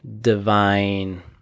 divine